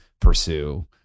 pursue